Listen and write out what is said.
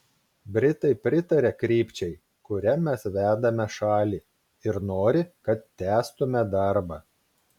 britai pritaria krypčiai kuria mes vedame šalį ir nori kad tęstume darbą